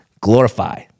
Glorify